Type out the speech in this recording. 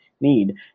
need